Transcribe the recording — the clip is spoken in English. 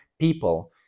people